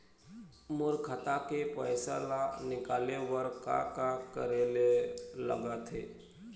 मोर खाता के पैसा ला निकाले बर का का करे ले लगथे?